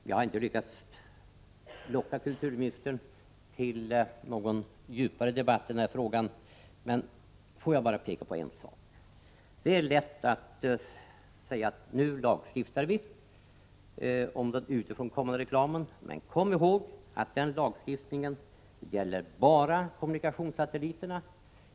Jag har inte lyckats locka kulturministern till någon djupare debatt i den här frågan, men jag vill påpeka en sak. Det är lätt att säga: Nu lagstiftar vi om den utifrån kommande reklamen, men kom ihåg att denna lagstiftning bara gäller kommunikationssatelliterna!